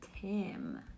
Tim